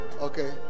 Okay